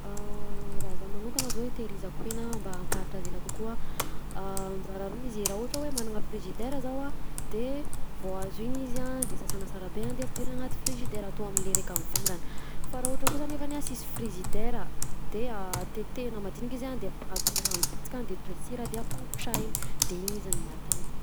Ah raha zah manokana zao intehirizako hena mba ampaharitra azy ela kokoa a mizara roa izy raha ohatra hoe manana frizidera zaho a de vao azo iny izy a de sasana sara be i de ampidirina anaty frizidera atao aminy le raika mivaingana fa raha ohatra kosa nefany a sisy frizidera de a tetehina madinika izy a de atao rano bisika de atao sira de ampagotrahina de iny izy no mahatana.